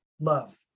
love